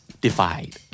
divide